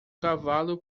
cavalo